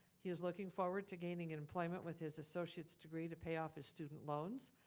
he's looking forward to gaining an employment with his associate's degree to pay off his student loans,